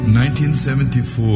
1974